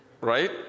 Right